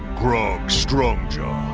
grog strongjaw.